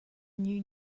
gnü